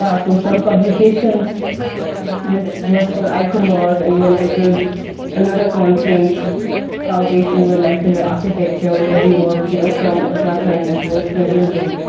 ah so some publications this was for icomos, and then this is another conference south asian vernacular architecture, where the work you know from uttarakhand was presented,